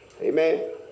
Amen